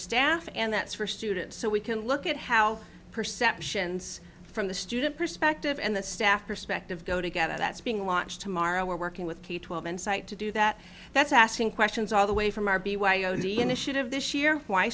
staff and that's for students so we can look at how perceptions from the student perspective and the staff perspective go together that's being launched tomorrow we're working with k twelve and site to do that that's asking questions all the way from r b y o d initiative this year why